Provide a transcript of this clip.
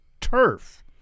turf